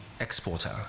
exporter